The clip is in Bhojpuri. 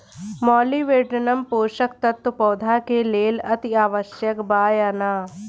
मॉलिबेडनम पोषक तत्व पौधा के लेल अतिआवश्यक बा या न?